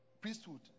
priesthood